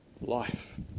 Life